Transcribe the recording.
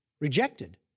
rejected